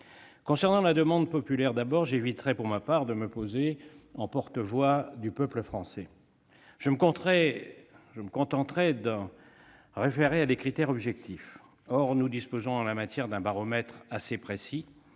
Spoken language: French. par la demande populaire. J'éviterai pour ma part de me poser en porte-voix du peuple français. Je me contenterai de me référer à des critères objectifs. Or nous disposons en la matière d'un baromètre assez précis.